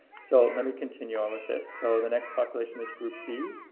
so let me continue on with this, so the next population is group b,